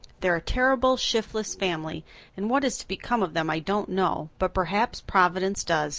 they're a terrible shiftless family and what is to become of them i don't know, but perhaps providence does